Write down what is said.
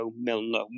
Milner